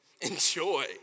Enjoy